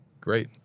Great